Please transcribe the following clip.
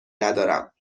ندارم